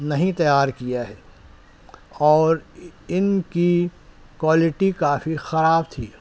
نہیں تیار کیا ہے اور ان کی کوالٹی کافی خراب تھی